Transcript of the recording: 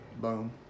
Boom